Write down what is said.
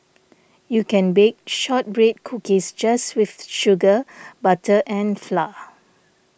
you can bake Shortbread Cookies just with sugar butter and flour